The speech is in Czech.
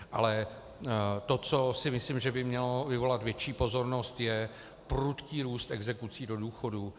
Ale to, co si myslím, že by mělo vyvolat větší pozornost, je prudký růst exekucí do důchodu.